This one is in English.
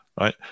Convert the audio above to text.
right